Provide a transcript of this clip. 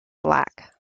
black